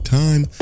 time